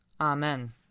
Amen